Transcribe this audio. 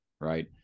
right